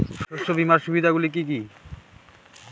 শস্য বিমার সুবিধাগুলি কি কি?